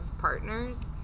partners